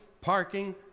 parking